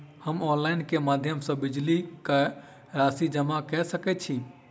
हम ऑनलाइन केँ माध्यम सँ बिजली कऽ राशि जमा कऽ सकैत छी?